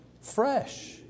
fresh